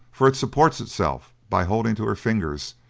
for it supports itself by holding to her finger,